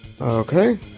Okay